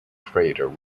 crater